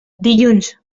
dilluns